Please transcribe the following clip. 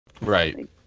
Right